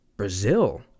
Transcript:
brazil